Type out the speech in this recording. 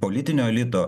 politinio elito